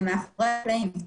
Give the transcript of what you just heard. הם מאחורי הקלעים.